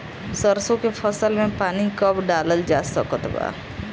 सरसों के फसल में पानी कब डालल जा सकत बा?